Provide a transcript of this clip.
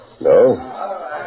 No